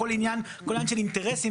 הכול עניין של אינטרסים,